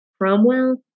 Cromwell